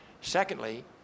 Secondly